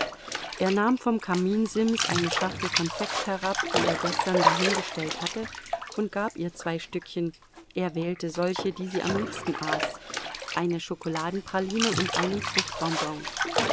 er nahm vom kaminsims eine schachtel konfekt herab die er gestern dahin gestellt hatte und gab ihr zwei stückchen er wählte solche die sie am liebsten aß eine schokoladenpraline und einen fruchtbonbon